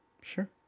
Sure